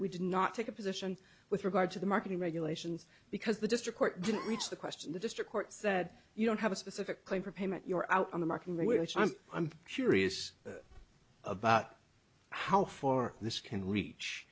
we did not take a position with regard to the marketing regulations because the district court didn't reach the question the district court said you don't have a specific claim for payment you're out on the market really which i'm i'm curious about how far this can reach